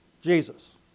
Jesus